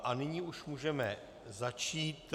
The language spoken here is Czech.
A nyní už můžeme začít.